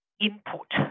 input